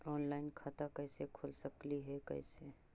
Online खाता कैसे खोल सकली हे कैसे?